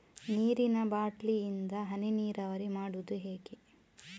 ನೀರಿನಾ ಬಾಟ್ಲಿ ಇಂದ ಹನಿ ನೀರಾವರಿ ಮಾಡುದು ಹೇಗೆ?